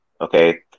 Okay